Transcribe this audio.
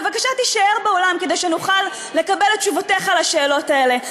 בבקשה תישאר באולם כדי שנוכל לקבל את תשובותיך על השאלות האלה.